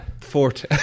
fort